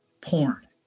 porn